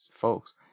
folks